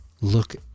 look